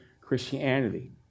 Christianity